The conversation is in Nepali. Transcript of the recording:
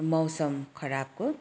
मौसम खराबको